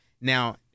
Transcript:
Now